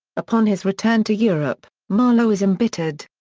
upon his return to europe, marlow is embittered.